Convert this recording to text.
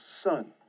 son